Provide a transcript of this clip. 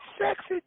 sexy